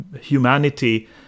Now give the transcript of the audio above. humanity